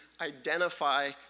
identify